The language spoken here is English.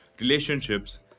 relationships